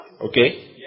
Okay